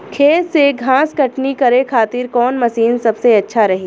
खेत से घास कटनी करे खातिर कौन मशीन सबसे अच्छा रही?